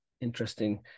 interesting